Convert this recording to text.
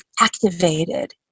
activated